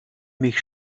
mich